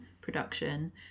production